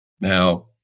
Now